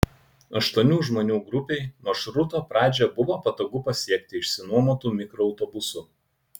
aštuonių žmonių grupei maršruto pradžią buvo patogu pasiekti išsinuomotu mikroautobusu